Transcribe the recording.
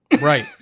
Right